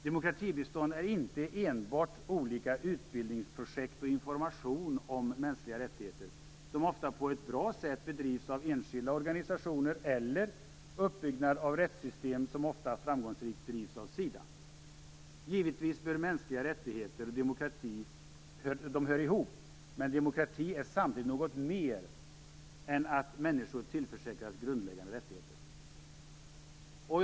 Demokratibistånd är inte enbart olika utbildningsprojekt och information om mänskliga rättigheter, som ofta på ett bra sätt bedrivs av enskilda organisationer, eller uppbyggnad av rättssystem, som ofta framgångsrikt drivs av Sida. Givetvis hör mänskliga rättigheter och demokrati ihop, men demokrati är samtidigt något mer än att människor tillförsäkras grundläggande rättigheter.